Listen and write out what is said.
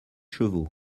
chevaux